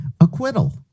Acquittal